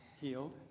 healed